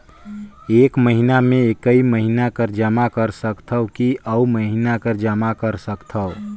एक महीना मे एकई महीना कर जमा कर सकथव कि अउ महीना कर जमा कर सकथव?